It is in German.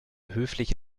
höflich